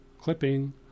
clipping